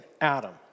Adam